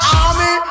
army